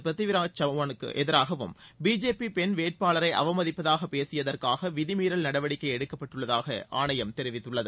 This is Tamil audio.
பிருத்வி ராஜ் சவானுக்கு எதிராகவும் பிஜேபி பெண் வேட்பாளரை அவமதிப்பாக பேசியதற்காக விதிமீறல் நடவடிக்கை எடுக்கப்பட்டுள்ளதாக ஆணையம் தெரிவித்துள்ளது